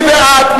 מי בעד,